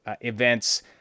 events